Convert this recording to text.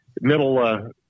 middle